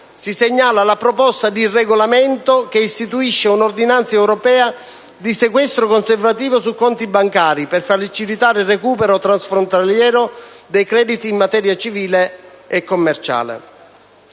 si segnala la proposta di regolamento che istituisce un'ordinanza europea di sequestro conservativo su conti bancari per facilitare il recupero transfrontaliero dei crediti in materia civile e commerciale.